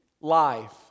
life